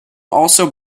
also